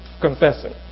confessing